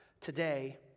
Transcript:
today